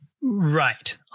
Right